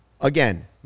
Again